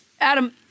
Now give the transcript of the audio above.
Adam